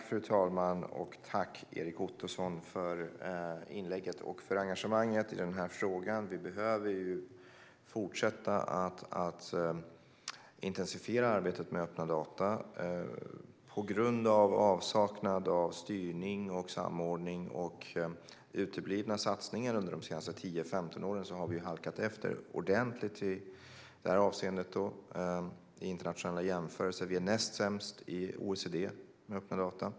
Fru talman! Jag tackar Erik Ottoson för inlägget och för engagemanget i frågan. Vi behöver fortsätta att intensifiera arbetet med öppna data. På grund av avsaknad av styrning och samordning samt uteblivna satsningar under de senaste 10-15 åren har vi halkat efter ordentligt i det här avseendet. I internationella jämförelser är vi näst sämst i OECD på öppna data.